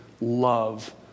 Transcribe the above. love